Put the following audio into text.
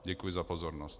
Děkuji za pozornost.